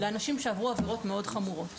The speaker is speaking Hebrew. לאנשים שעברו עבירות מאוד חמורות.